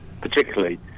particularly